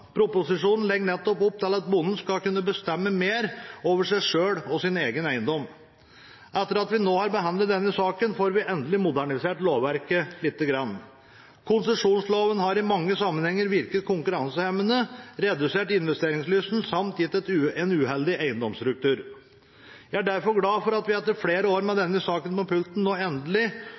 Proposisjonen legger nettopp opp til at bonden skal kunne bestemme mer over seg selv og sin egen eiendom. Etter at vi nå har behandlet denne saken, får vi endelig modernisert lovverket lite grann. Konsesjonsloven har i mange sammenhenger virket konkurransehemmende, redusert investeringslysten og gitt en uheldig eiendomsstruktur. Jeg er derfor glad for at vi etter flere år med denne saken på pulten nå endelig